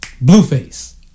Blueface